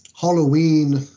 Halloween